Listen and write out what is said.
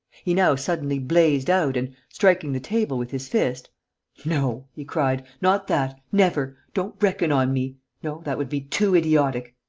he now suddenly blazed out and, striking the table with his fist no, he cried, not that! never! don't reckon on me. no, that would be too idiotic!